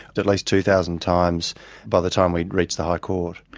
but at least two thousand times by the time we'd reached the high court.